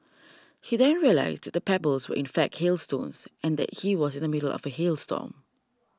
he then realised that the pebbles were in fact hailstones and he was in the middle of a hail storm